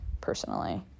personally